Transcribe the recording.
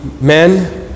men